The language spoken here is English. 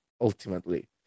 ultimately